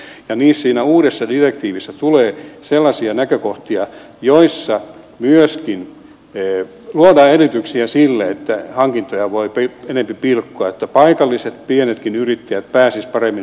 ja siinä uudessa direktiivissä tulee sellaisia näkökohtia joissa myöskin luodaan edellytyksiä sille että hankintoja voi enempi pilkkoa että paikalliset pienetkin yrittäjät pääsisivät paremmin niihin mukaan